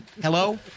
Hello